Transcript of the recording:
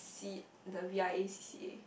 the the V_I_A C_C_A